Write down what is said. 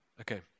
Okay